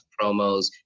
promos